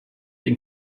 den